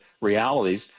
realities